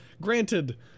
granted